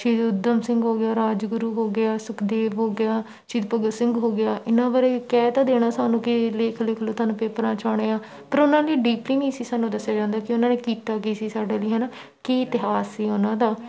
ਸ਼ਹੀਦ ਉਧਮ ਸਿੰਘ ਹੋ ਗਿਆ ਰਾਜਗੁਰੂ ਹੋ ਗਿਆ ਸੁਖਦੇਵ ਹੋ ਗਿਆ ਸ਼ਹੀਦ ਭਗਤ ਸਿੰਘ ਹੋ ਗਿਆ ਇਹਨਾਂ ਬਾਰੇ ਕਹਿ ਤਾਂ ਦੇਣਾ ਸਾਨੂੰ ਕਿ ਲੇਖ ਲਿਖ ਲਓ ਤੁਹਾਨੂੰ ਪੇਪਰਾਂ 'ਚ ਆਉਣੇ ਆ ਪਰ ਉਹਨਾਂ ਲਈ ਡੀਪਲੀ ਨਹੀਂ ਸੀ ਸਾਨੂੰ ਦੱਸਿਆ ਜਾਂਦਾ ਕਿ ਉਹਨਾਂ ਨੇ ਕੀਤਾ ਕੀ ਸੀ ਸਾਡੇ ਲਈ ਹੈ ਨਾ ਕੀ ਇਤਿਹਾਸ ਸੀ ਉਹਨਾਂ ਦਾ